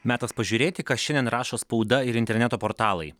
metas pažiūrėti ką šiandien rašo spauda ir interneto portalai